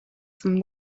from